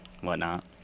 whatnot